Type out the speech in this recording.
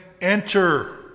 enter